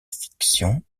fiction